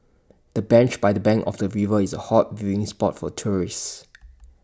the bench by the bank of the river is A hot viewing spot for tourists